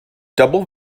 double